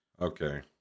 Okay